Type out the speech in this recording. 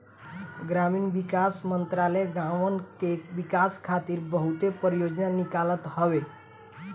ग्रामीण विकास मंत्रालय गांवन के विकास खातिर बहुते परियोजना निकालत हवे